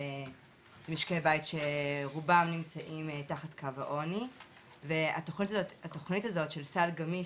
זה משקיי בית שרובם נמצאים תחת קו העוני והתוכנית הזאת של "סל גמיש",